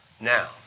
Now